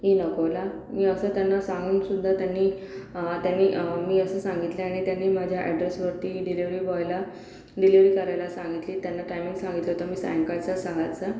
in Akola मी असं त्यांना सांगूनसुद्धा त्यांनी त्यांनी मी असं सांगितलं आणि त्यांनी माझ्या अॅड्रेसवरती डिलेवरी बॉयला डिलेवरी करायला सांगितली त्यांना टायमिंग सांगितलं होतं मी सायंकाळचा सहाचा